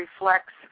reflects